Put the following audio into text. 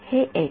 हे एक्स